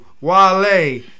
Wale